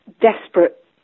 desperate